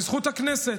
בזכות הכנסת.